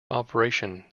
operation